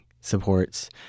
supports